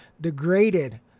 degraded